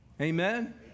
Amen